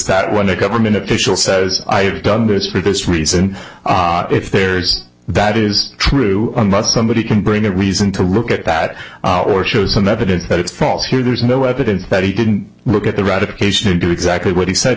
that when the government official says i've done this for this reason if there's that is true unless somebody can bring a reason to look at that or show some evidence that it's false here there's no evidence that he didn't look at the ratification and do exactly what he said